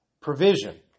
provision